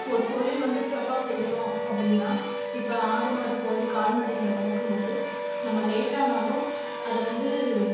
ஒரு தொழில் வந்து சிறப்பாக செய்யணும் அப்படினா இப்போ ஆடு மாடு கோழி கால்நடைகளை வளர்க்கும்போது நம்ம லேட்டானாலும் அதை வந்து